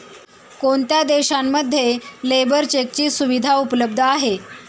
कोणत्या देशांमध्ये लेबर चेकची सुविधा उपलब्ध आहे?